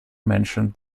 mentioned